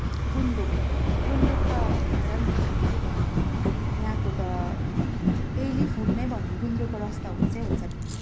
गुन्द्रुक गुन्द्रुक त झन् हामी के भन्नु यहाँको त डेली फुड नै भनौँ गुन्द्रुकको रस त हुन्छै हुन्छ